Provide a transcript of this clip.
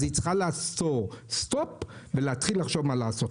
אז היא צריכה לעצור ולהתחיל לחשוב מה לעשות.